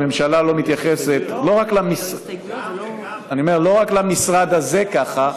וחבל שהממשלה לא מתייחסת לא רק למשרד הזה ככה,